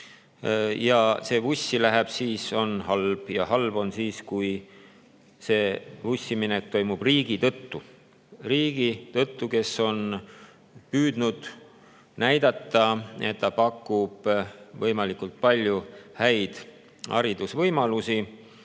ja see vussi läheb, siis on halb. Ja [eriti] halb on siis, kui see vussiminek toimub riigi tõttu, riigi tõttu, kes on püüdnud näidata, et ta pakub võimalikult palju häid haridusvõimalusi